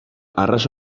arras